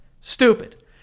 stupid